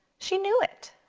she knew it.